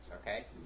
okay